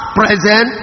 present